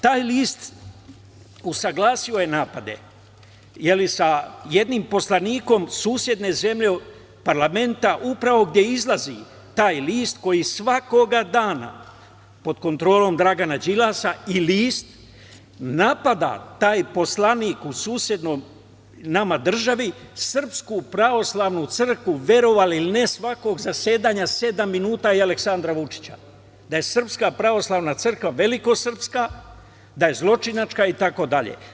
Taj list usaglasio je napade sa jednim poslanikom susedne zemlje parlamenta upravo gde izlazi taj list, koji svakoga dana pod kontrolom Dragana Đilasa i list napada taj poslanik u susednoj nama državi, SPC, verovali ili ne, svakog zasedanja sedam minuta i Aleksandra Vučića, da je SPC, veliko srpska, da je zločinačka itd.